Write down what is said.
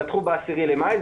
פתחו ב-10 במאי,